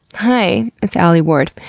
hi! it's alie ward.